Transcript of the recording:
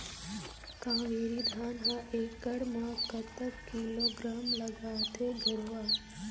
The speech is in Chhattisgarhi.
कावेरी धान हर एकड़ म कतक किलोग्राम लगाथें गरवा?